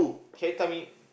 can you tell me